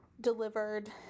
delivered